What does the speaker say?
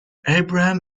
abraham